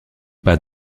pas